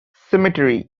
cemetery